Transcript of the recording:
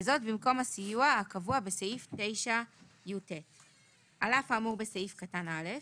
במקום הסיוע הקבוע בסעיף 9יט. על אף האמור בסעיף קטן (א),